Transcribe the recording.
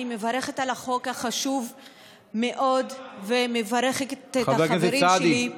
אני מברכת על החוק החשוב מאוד ומברכת את החברים שלי,